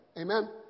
Amen